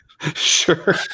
Sure